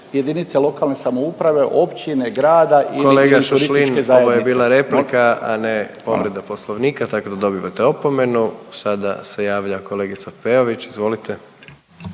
zajednice. **Jandroković, Gordan (HDZ)** Ovo je bila replika, a ne povreda Poslovnika, tako da dobivate opomenu. Sada se javlja kolegica Peović, izvolite.